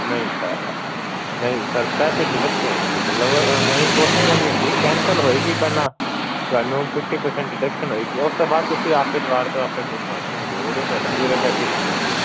ਨਹੀਂ ਸਰ ਨਹੀਂ ਸਰ ਪੈਸੇ ਡਿਡਕਟ ਹੋਣਗੇ ਮਤਲਬ ਐਂਈ ਪੋਸਟਪੋਨ ਨਹੀਂ ਹੁੰਦੀ ਕੈਂਸਲ ਹੋਏਗੀ ਪਹਿਲਾਂ ਤੁਹਾਨੂੰ ਫਿਫਟੀ ਪ੍ਰਸੈਂਟ ਡਿਡਕਸ਼ਨ ਹੋਏਗੀ ਉਸ ਤੋਂ ਬਾਅਦ ਤੁਸੀਂ ਆਪੇ ਦੁਬਾਰਾ ਤੋਂ ਆਪੇ ਬੁੱਕ ਕਰ ਸਕਦੇ ਹੋ ਉਦੋਂ ਤੁਹਾਡੇ ਪੂਰੇ ਪੈਸੇ ਲੱਗਣਗੇ